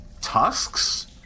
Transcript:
tusks